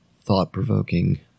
thought-provoking